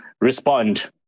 respond